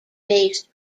based